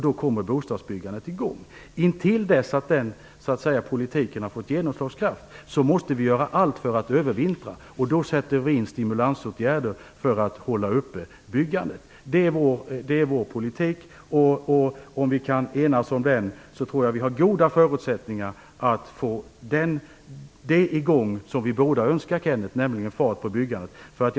Då kommer bostadsbyggandet i gång. Intill dess att den politiken har fått genomslagskraft måste vi göra allt för att övervintra. Då sätter vi in stimulansåtgärder för att hålla uppe byggandet. Detta är vår politik. Om vi kan enas om den tror jag att vi har goda förutsättningar att få fart på byggandet, vilket vi båda önskar.